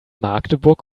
magdeburg